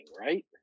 right